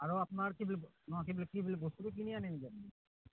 আৰু আপোনাৰ কি বুলি অঁ কি বুলি কি বুলি বস্তুটো কিনি আনিমগৈ